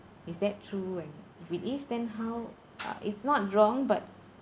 is that true and if it is then how uh it's not wrong but